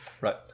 Right